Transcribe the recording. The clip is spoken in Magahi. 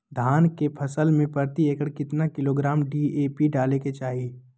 धान के फसल में प्रति एकड़ कितना किलोग्राम डी.ए.पी डाले के चाहिए?